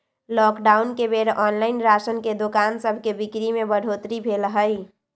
lockdown के बेर online ration के दोकान सभके बिक्री में बढ़ोतरी भेल हइ